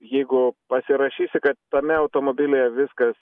jeigu pasirašysi kad tame automobilyje viskas